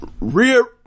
rear